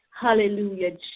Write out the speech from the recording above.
Hallelujah